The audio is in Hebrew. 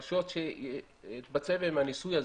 הרשויות שיתבצע בהן הניסוי הזה?